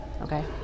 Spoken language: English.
okay